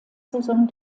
saison